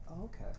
okay